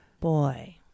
Boy